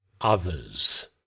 others